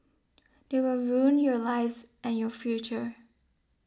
they will ruin your lives and your future